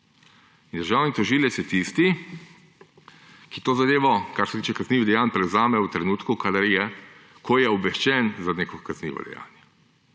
Državni tožilec je tisti, ki to zadevo, kar se tiče kaznivih dejanj, prevzame v trenutku, ko je obveščen za neko kaznivo dejanje.